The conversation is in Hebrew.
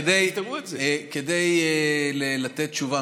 כדי לתת תשובה,